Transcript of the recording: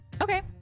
Okay